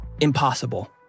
impossible